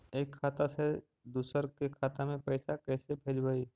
एक खाता से दुसर के खाता में पैसा कैसे भेजबइ?